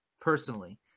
personally